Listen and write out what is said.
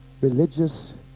religious